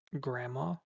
grandma